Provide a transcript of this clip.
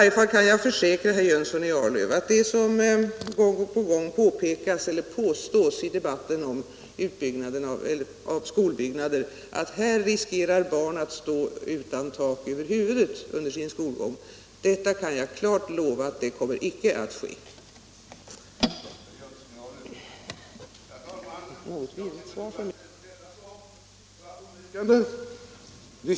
Det påstås gång på gång i debatten om utbyggnaden av skolbyggnaderna att här riskerar barnen att stå utan tak över huvudet i sin skolgång, men jag kan försäkra herr Jönsson i Arlöv att så inte kommer att ske. Det kan jag lova.